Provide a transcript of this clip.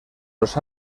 los